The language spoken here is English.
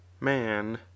man